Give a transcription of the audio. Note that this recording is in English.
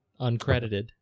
Uncredited